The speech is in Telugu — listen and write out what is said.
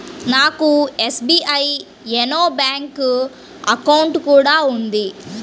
నాకు ఎస్బీఐ యోనో బ్యేంకు అకౌంట్ కూడా ఉంది